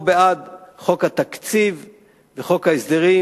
או בעד חוק התקציב וחוק ההסדרים,